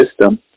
system